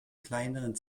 kleineren